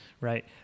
right